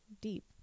deep